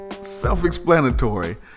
self-explanatory